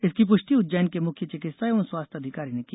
इसकी पुष्टि उज्जैन के मुख्य चिकित्सा एवं स्वास्थ्य अधिकारी ने की